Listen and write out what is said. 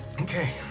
Okay